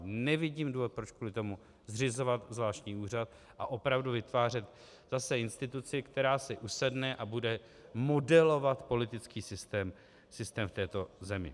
Nevidím důvod, proč kvůli tomu zřizovat zvláštní úřad a opravdu vytvářet zase instituci, která si usedne a bude modelovat politický systém v této zemi.